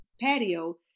patio